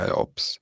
ops